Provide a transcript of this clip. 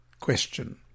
Question